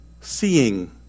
seeing